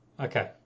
okay